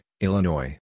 Illinois